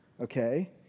okay